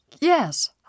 Yes